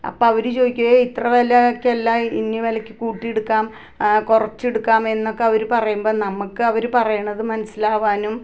അപ്പം അവർ ചോദിക്കും ഏ ഇത്ര വിലക്കല്ല ഇന്ന വിലയ്ക്ക് കൂട്ടി ഇടുക്കാം കുറച്ചെടുക്കാം എന്നൊക്കെ അവർ പറയുമ്പോൾ നമ്മൾക്ക് അവർ പറയുന്നത് മനസ്സിലാവാനും